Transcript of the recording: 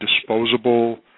disposable